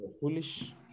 foolish